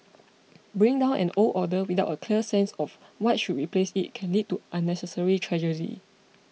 bringing down an old order without a clear sense of what should replace it can lead to unnecessary tragedy